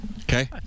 Okay